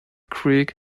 creek